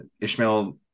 Ishmael